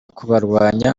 kubarwanya